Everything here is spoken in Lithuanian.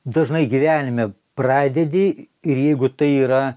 dažnai gyvenime pradedi ir jeigu tai yra